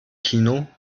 kino